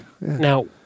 Now